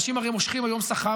אנשים הרי מושכים היום שכר,